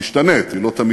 שזו תוצאה משתנה,